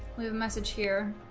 a message here